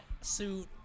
suit